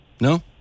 No